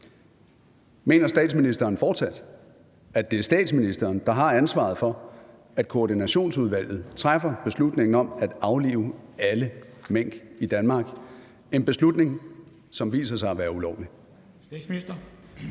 Mener statsministeren fortsat, at det er statsministeren, der har ansvaret for, at Koordinationsudvalget træffer beslutningen om at aflive alle mink i Danmark – en beslutning, som viser sig at være ulovlig?